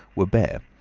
were bare,